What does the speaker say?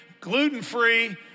gluten-free